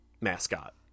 mascot